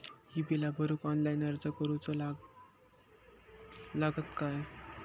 ही बीला भरूक ऑनलाइन अर्ज करूचो लागत काय?